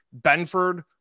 Benford